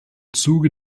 zuge